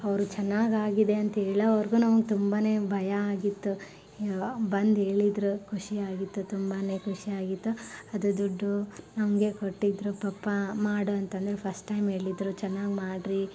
ಅವರು ಚೆನ್ನಾಗಿ ಆಗಿದೆ ಅಂತ ಹೇಳೋವರೆಗೂ ನಮ್ಗೆ ತುಂಬನೇ ಭಯ ಆಗಿತ್ತು ಬಂದು ಹೇಳಿದ್ರು ಖುಷಿಯಾಗಿತ್ತು ತುಂಬನೇ ಖುಷಿಯಾಗಿತ್ತು ಅದು ದುಡ್ಡು ನಮಗೆ ಕೊಟ್ಟಿದ್ದರು ಪಪ್ಪಾ ಮಾಡು ಅಂತ ಅಂದು ಫಸ್ಟ್ ಟೈಮ್ ಹೇಳಿದ್ರು ಚೆನ್ನಾಗಿ ಮಾಡಿರಿ